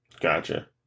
Gotcha